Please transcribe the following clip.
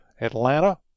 Atlanta